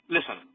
Listen